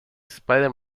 spider